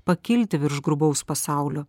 pakilti virš grubaus pasaulio